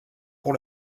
pour